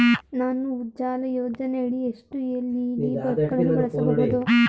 ನಾನು ಉಜಾಲ ಯೋಜನೆಯಡಿ ಎಷ್ಟು ಎಲ್.ಇ.ಡಿ ಬಲ್ಬ್ ಗಳನ್ನು ಬಳಸಬಹುದು?